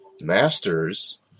masters